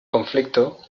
conflicto